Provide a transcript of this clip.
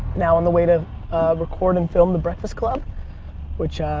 now on the way to record and film the breakfast club which